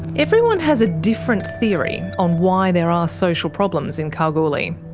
everyone has a different theory on why there are social problems in kalgoorlie.